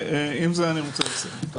בזה אני מסיים את דבריי.